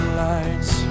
lights